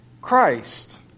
Christ